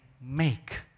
make